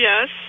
Yes